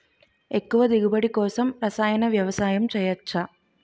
ఎక్కువ దిగుబడి కోసం రసాయన వ్యవసాయం చేయచ్చ?